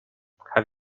have